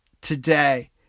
today